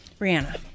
Brianna